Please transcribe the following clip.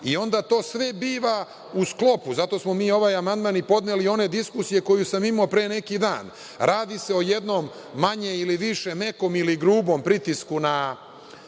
i onda to sve biva u sklopu, zato smo mi ovaj amandman i podneli, one diskusije koje sam imao pre neki dan. Radi se o jednom, manje ili više mekom ili grubom, pritisku na